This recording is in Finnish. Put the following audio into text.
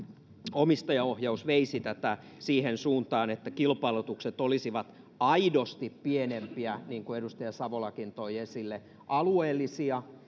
omistajaohjaus veisi tätä siihen suuntaan että kilpailutukset olisivat aidosti pienempiä niin kuin edustaja savolakin toi esille ja alueellisia